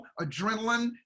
adrenaline